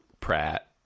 Pratt